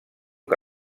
que